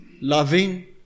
loving